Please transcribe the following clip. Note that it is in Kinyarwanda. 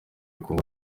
congo